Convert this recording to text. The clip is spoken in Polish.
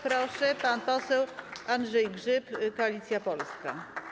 Proszę, pan poseł Andrzej Grzyb, Koalicja Polska.